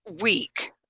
week